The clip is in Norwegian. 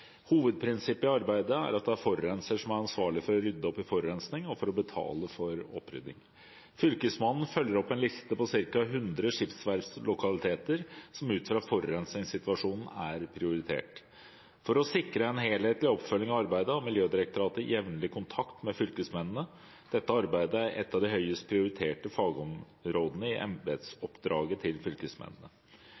Hovedprinsippet i arbeidet er at det er forurenser som er ansvarlig for å rydde opp i forurensningen og for å betale for oppryddingen. Fylkesmannen følger opp en liste på ca. 100 skipsverftlokaliteter som ut fra forurensningssituasjonen er prioritert. For å sikre en helhetlig oppfølging av arbeidet har Miljødirektoratet jevnlig kontakt med fylkesmennene. Dette arbeidet er et av de høyest prioriterte fagområdene i